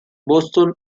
boston